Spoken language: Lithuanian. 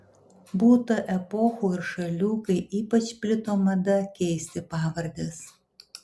būta epochų ir šalių kai ypač plito mada keisti pavardes